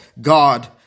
God